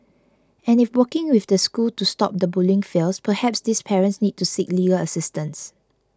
and if working with the school to stop the bullying fails perhaps these parents need to seek legal assistance